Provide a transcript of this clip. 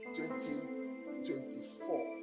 2024